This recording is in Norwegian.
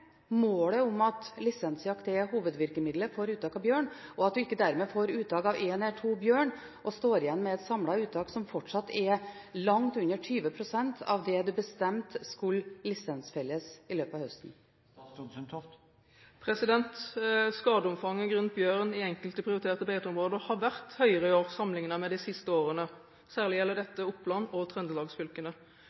målet om at lisensjakt er hovedvirkemidlet for uttak av bjørn, og at vi ikke får uttak av én eller to bjørner og står igjen med et samlet uttak som fortsatt er langt under 20 pst. av det en bestemte skulle lisensfelles i løpet av høsten. Skadeomfanget grunnet bjørn i enkelte prioriterte beiteområder har vært høyere i år sammenlignet med de siste årene. Særlig gjelder dette Oppland og